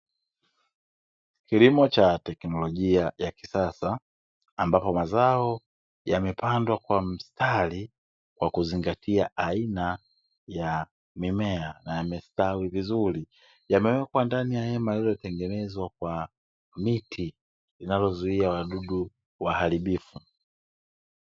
Kilimo cha teknolojia ya kisasa ambapo mazoa yamepandwa kwa mstari kwa kuzingatia aina ya mimea na yamestawi vizuri, yamewekwa ndani ya hema lililotengenezwa kwa miti linalozuia wadudu waharibifu.